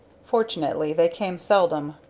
fortunately they came seldom.